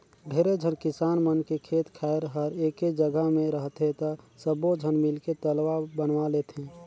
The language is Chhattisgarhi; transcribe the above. ढेरे झन किसान मन के खेत खायर हर एके जघा मे रहथे त सब्बो झन मिलके तलवा बनवा लेथें